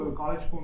college